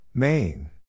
Main